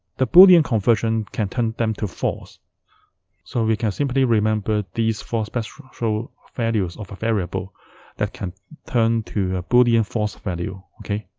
the boolean conversion can turn them to false so we can simply remember these four special so values of a variable that can turn to a boolean false value, okay.